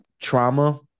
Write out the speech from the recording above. trauma